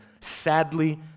sadly